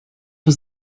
was